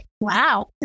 wow